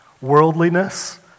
Worldliness